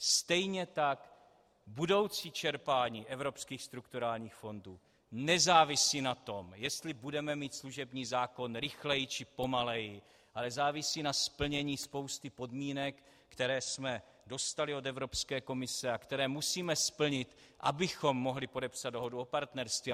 Stejně tak budoucí čerpání evropských strukturálních fondů nezávisí na tom, jestli budeme mít služební zákon rychleji, či pomaleji, ale závisí na splnění spousty podmínek, které jsme dostali od Evropské komise a které musíme splnit, abychom mohli podepsat dohodu o partnerství.